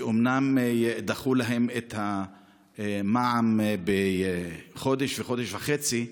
שאומנם דחו להם את המע"מ בחודש וחודש וחצי,